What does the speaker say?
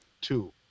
Two